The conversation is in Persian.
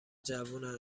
جوونن